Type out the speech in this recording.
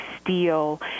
steel